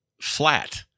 flat